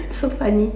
so funny